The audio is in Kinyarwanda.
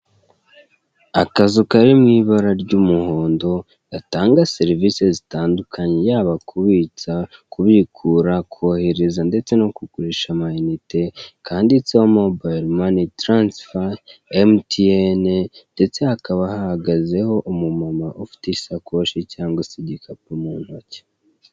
Akazu kari mu ibara ry'umuhondo gatanga serivise zitandukanye yaba kubitsa, kubikura, kohereza ndetse no kugurisha amayinite kanditseho mobayiromani taransifa emutiyene ndetse hakaba hahagazeho umumama ufite isakoshi cyangwa se igikapu mu ntoki.